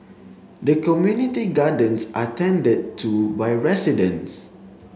the community gardens are tended to by residents